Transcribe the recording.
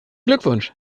glückwunsch